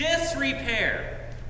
Disrepair